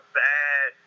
bad